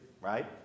right